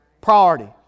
Priority